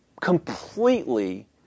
completely